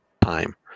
time